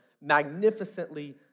magnificently